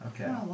Okay